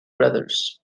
brothers